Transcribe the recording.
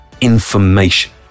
INFORMATION